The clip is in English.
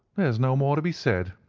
there's no more to be said,